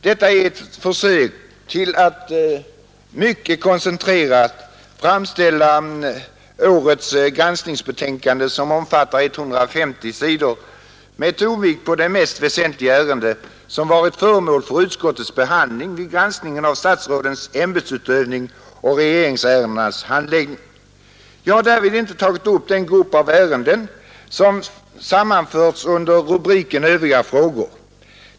Detta är ett försök att ge en mycket koncentrerad framställning av årets granskningsbetänkande, som omfattar 150 sidor, med tonvikt på de mest väsentliga ärenden som varit föremål för utskottets behandling vid granskningen av statsrådens ämbetsutövning och regeringsärendenas handläggning. Jag har därvid inte tagit upp den grupp av ärenden som sammanförts under rubriken Övriga frågor.